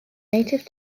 native